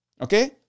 Okay